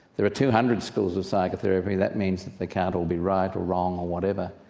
there are two hundred schools of psychotherapy, that means that they can't all be right or wrong or whatever,